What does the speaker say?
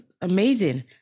amazing